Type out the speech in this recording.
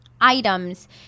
Items